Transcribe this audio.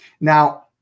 now